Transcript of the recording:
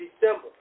December